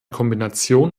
kombination